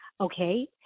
Okay